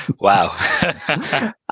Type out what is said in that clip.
Wow